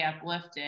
uplifted